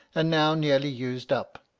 and now nearly used up,